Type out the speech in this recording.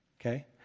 Okay